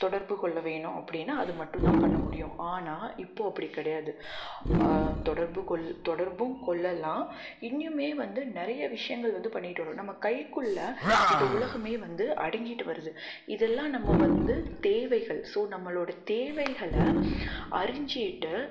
தொடர்புக்கொள்ள வேணும் அப்படின்னா அது மட்டும் தான் பண்ணமுடியும் ஆனால் இப்போது அப்படி கிடையாது தொடர்புக்கொள்ள தொடர்பும் கொள்ளலாம் இன்னுமே வந்து நிறைய விஷயங்கள் வந்து பண்ணிட்டு வாரோம் நம்ம கைக்குள்ளே இந்த உலகமே வந்து அடங்கிட்டு வருது இதெல்லாம் நம்ம வந்து தேவைகள் ஸோ நம்மளோடய தேவைகள் அறிஞ்சிட்டு